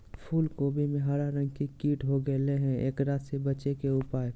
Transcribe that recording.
फूल कोबी में हरा रंग के कीट हो गेलै हैं, एकरा से बचे के उपाय?